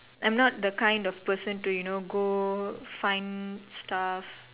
I'm not the kind of person to you know go find stuff